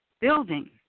building